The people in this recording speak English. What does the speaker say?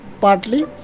partly